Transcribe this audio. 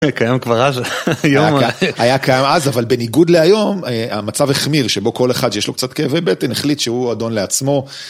היה קיים אז אבל בניגוד להיום המצב החמיר שבו כל אחד שיש לו קצת כאב בטן החליט שהוא אדון לעצמו